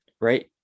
right